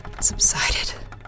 subsided